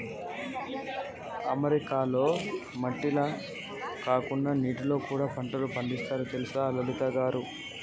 అమెరికాల మట్టిల కాకుండా నీటిలో కూడా పంటలు పండిస్తారు తెలుసా లలిత